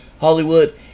Hollywood